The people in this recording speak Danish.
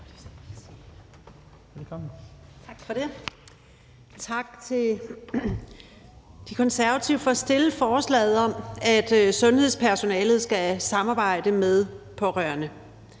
Tak for det. Tak til De Konservative for at fremsætte forslaget om, at sundhedspersonalet skal samarbejde med pårørende.